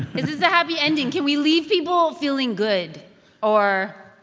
this a happy ending? can we leave people feeling good or.